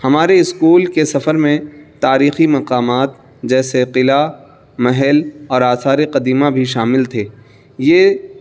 ہمارے اسکول کے سفر میں تاریخی مقامات جیسے قلعہ محل اور آثارِ قدیمہ بھی شامل تھے یہ